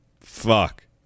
fuck